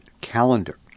calendar